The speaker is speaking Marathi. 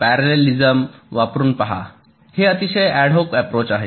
पॅरॅलिसम वापरुन पहा हे अतिशय ऍडहोक अप्रोच आहे